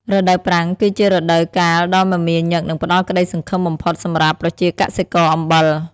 រដូវប្រាំងគឺជារដូវកាលដ៏មមាញឹកនិងផ្តល់ក្តីសង្ឃឹមបំផុតសម្រាប់ប្រជាកសិករអំបិល។